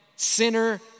Sinner